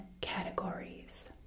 categories